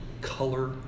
color